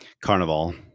carnival